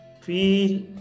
Feel